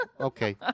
Okay